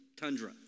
tundra